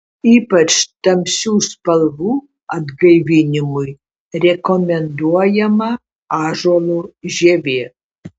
ypač tamsių spalvų atgaivinimui rekomenduojama ąžuolo žievė